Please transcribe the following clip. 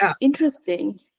interesting